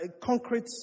concrete